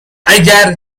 اگر